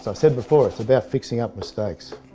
so said before it's about fixing up mistakes.